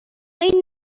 این